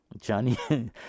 Johnny